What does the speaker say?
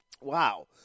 Wow